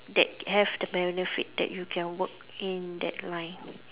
that have the benefit that you can work in that line